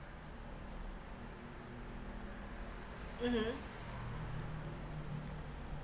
mmhmm